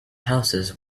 houses